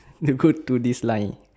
to go to this line